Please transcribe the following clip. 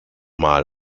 mal